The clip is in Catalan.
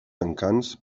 encants